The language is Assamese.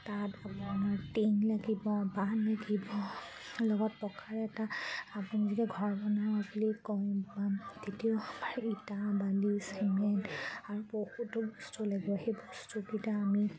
তাত আপোনাৰ টিং লাগিব বাঁহ লাগিব লগত পকাৰ এটা আপুনি যেতিয়া ঘৰ বনাওঁ বুলি কওঁ তেতিয়াও ইটা বালি চিমেণ্ট আৰু বহুতো বস্তু লাগিব সেই বস্তুকেইটা আমি